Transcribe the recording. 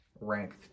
ranked